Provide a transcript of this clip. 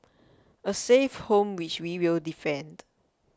a safe home which we will defend